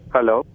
Hello